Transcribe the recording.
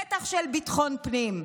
בטח של ביטחון פנים.